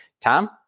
Tom